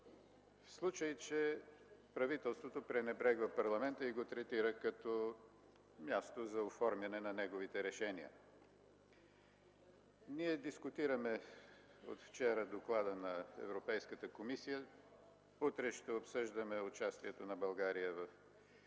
в случай че правителството пренебрегва парламента и го третира като място за оформяне на неговите решения? От вчера ние дискутираме Доклада на Европейската комисия, утре ще обсъждаме участието на България в работата